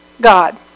God